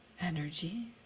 energy